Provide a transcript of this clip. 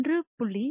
7 1